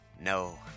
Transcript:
no